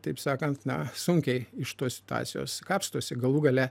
taip sakant na sunkiai iš tos situacijos kapstosi galų gale